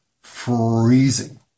freezing